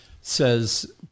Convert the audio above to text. says